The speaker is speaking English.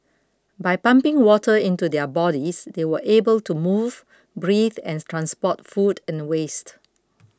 by pumping water into their bodies they will able to move breathe and transport food and waste